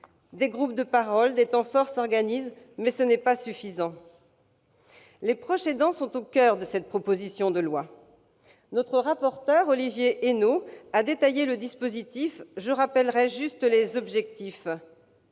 Des groupes de parole et des temps forts sont mis en place, mais cela n'est pas suffisant. Les proches aidants sont au coeur de cette proposition de loi. Notre rapporteur, Olivier Henno, a détaillé le dispositif dont je rappellerai seulement les objectifs :